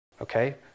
Okay